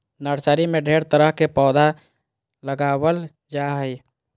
nursery में ढेर तरह के पौधा लगाबल जा हइ